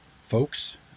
folks